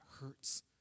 hurts